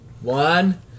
one